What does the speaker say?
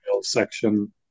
section